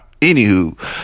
Anywho